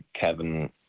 Kevin